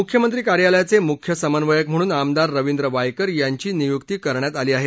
मुख्यमंत्री कार्यालयाचे मुख्य समन्वयक म्हणून आमदार रविंद्र वायकर यांची नियूक्ती करण्यात आली आहे